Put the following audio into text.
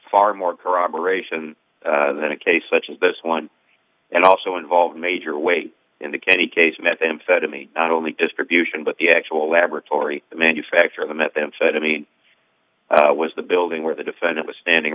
far more corroboration than a case such as this one and also involved major weight in the candy case methamphetamine not only distribution but the actual laboratory the manufacture of the methamphetamine was the building where the defendant was standing